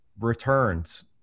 returns